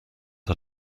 had